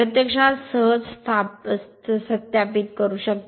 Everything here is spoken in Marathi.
प्रत्यक्षात सहज सत्यापित करू शकता